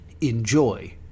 enjoy